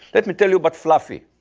let me tell you about fluffy.